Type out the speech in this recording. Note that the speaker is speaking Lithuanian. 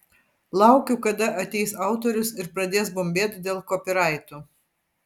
laukiu kada ateis autorius ir pradės bumbėt dėl kopyraitų